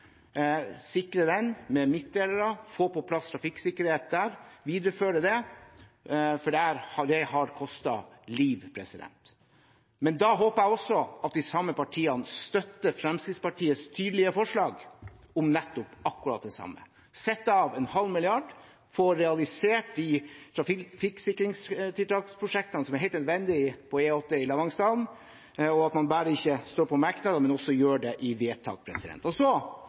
sikre den med midtdelere, få på plass trafikksikkerhet der og videreføre det, for det har kostet liv. Men da håper jeg også at de samme partiene støtter Fremskrittspartiets tydelige forslag om akkurat det samme – å sette av en halv milliard og få realisert de trafikksikringstiltaksprosjektene som er helt nødvendige på E8 i Lavangsdalen – at man ikke bare står for det i merknader, men også gjør det i vedtak.